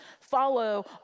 follow